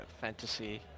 fantasy